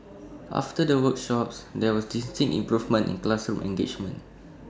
after the workshops there was distinct improvement in classroom engagement